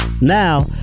now